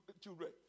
children